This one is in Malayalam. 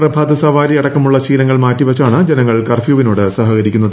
പ്രഭാത സവാരി അടക്കമുള്ള ശീലങ്ങൾ മാറ്റിവച്ചാണ് ജനങ്ങൾ കർഫ്യൂവിനോട് സഹകരിച്ചത്